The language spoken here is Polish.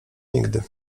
nigdy